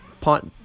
Pot